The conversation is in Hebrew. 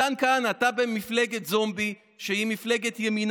מתן כהנא, אתה במפלגת זומבי, שהיא מפלגת ימינה.